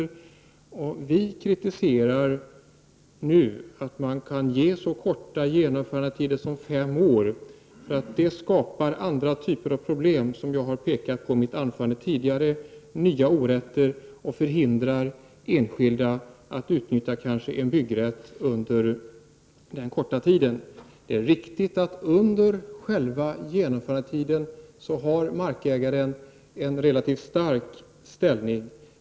Vi i folkpartiet kritiserar att man kan ge så korta genomförandetider som fem år. Det skapar, som jag sade i mitt tidigare anförande, nya typer av orätter och förhindrar kanske den enskilde att utnyttja sin byggrätt under denna korta tid. Det är riktigt att markägaren under genomförandetiden har en relativt stark ställning.